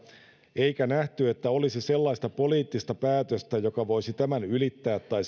eikä nähty että olisi sellaista poliittista päätöstä joka voisi tämän ylittää tai